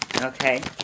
Okay